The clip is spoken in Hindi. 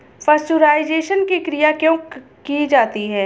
पाश्चुराइजेशन की क्रिया क्यों की जाती है?